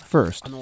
First